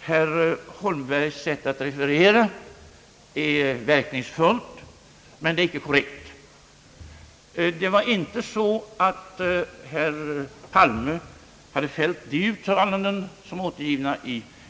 Herr Holmbergs sätt att referera är verkningsfullt, men det är inte korrekt. Det var inte så att herr Palme hade fällt de uttalanden som är återgivna